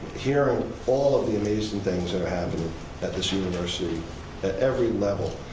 hearing all of the amazing things that are happening at this university at every level.